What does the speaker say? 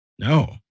No